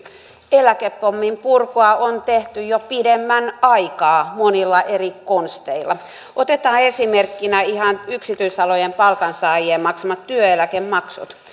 eläkepommin purkua on tehty jo pidemmän aikaa monilla eri konsteilla otetaan esimerkkinä ihan yksityisalojen palkansaajien maksamat työeläkemaksut